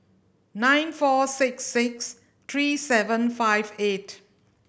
nine four six six three seven five eight